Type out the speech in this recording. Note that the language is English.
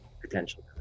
potential